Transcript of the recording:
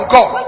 God